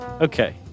Okay